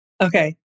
Okay